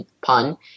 pun